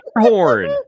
horn